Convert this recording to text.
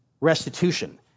restitution